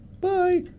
Bye